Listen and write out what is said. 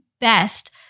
best